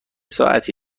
ساعتی